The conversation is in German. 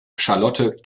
charlotte